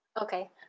Okay